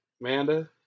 Amanda